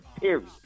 period